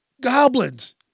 Goblins